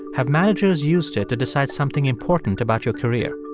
have managers used it to decide something important about your career?